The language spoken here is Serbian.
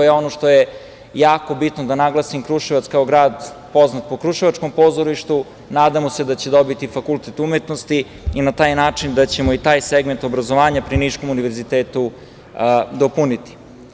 To je ono što je jako bitno da naglasim, Kruševac kao grad poznat je po Kruševačkom pozorištu, nadamo se da će dobiti fakultet umetnosti i da ćemo na taj način i taj segment obrazovanja pri Niškom univerzitetu dopuniti.